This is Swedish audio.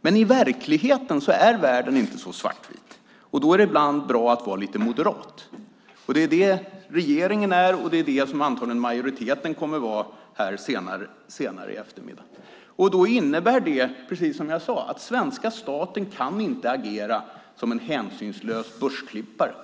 men i verkligheten är inte världen så svartvit. Då är det ibland bra att vara lite moderat. Det är det regeringen är, och det är det som majoriteten antagligen kommer att vara senare i eftermiddag. Det innebär, precis som jag sade, att svenska staten inte kan agera som en hänsynslös börsklippare.